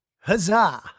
huzzah